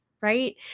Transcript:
right